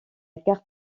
carte